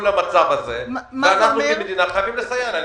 למצב הזה ואנחנו כמדינה חייבים לסייע להן.